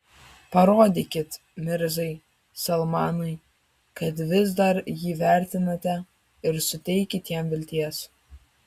parodykit mirzai salmanui kad vis dar jį vertinate ir suteikit jam vilties